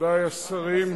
מכובדי השרים,